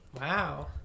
Wow